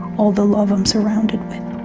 all the love i'm surrounded with